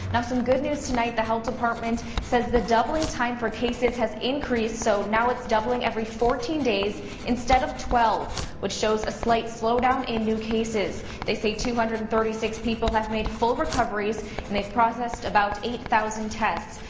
some good news, the health department says the doubling time for cases has increased so now its doubling every fourteen days instead of twelve which shows a slight slow down in new cases. they say two hundred and thirty six people have made full recoveries and they've processed about eight thousand tests.